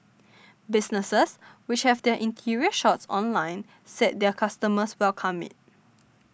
businesses which have their interior shots online said their customers welcome it